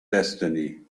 destiny